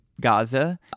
gaza